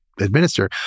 administer